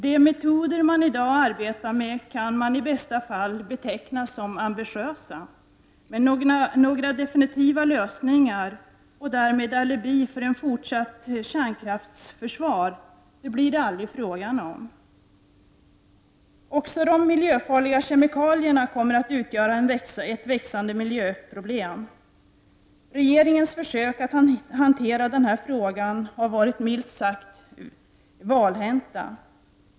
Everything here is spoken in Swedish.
De metoder som man i dag arbetar med kan i bästa fall betecknas som ambitiösa, men några definitiva lösningar och därmed en grundval för ett fortsatt kärnkraftsförsvar blir det aldrig fråga om. Även de miljöfarliga kemikalierna kommer att utgöra ett växande miljöproblem. Regeringens försök att hantera frågan har varit milt sagt valhänta.